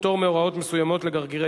פטור מהוראות מסוימות לגרגרי